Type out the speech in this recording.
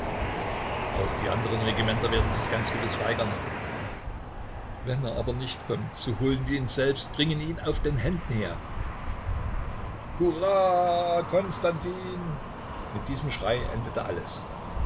auch die andern regimenter werden sich ganz gewiß weigern wenn er aber nicht kommt so holen wir ihn selbst bringen ihn auf den händen her hurra konstantin mit diesem schrei endete alles